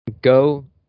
go